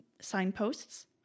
signposts